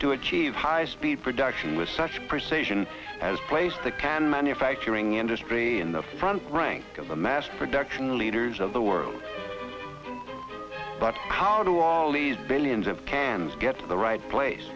to achieve high speed production with such precision as place the can manufacturing industry in the front rank of the mass production leaders of the world but how do all these billions of cans get to the right place